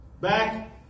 Back